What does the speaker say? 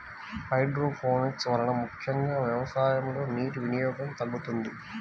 hydroponics వలన ముఖ్యంగా వ్యవసాయంలో నీటి వినియోగం తగ్గుతుంది